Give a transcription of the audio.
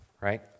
right